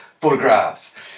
photographs